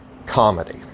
comedy